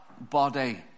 body